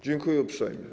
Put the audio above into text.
Dziękuję uprzejmie.